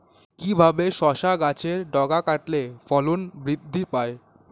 কিভাবে শসা গাছের ডগা কাটলে ফলন বৃদ্ধি পায়?